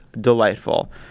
delightful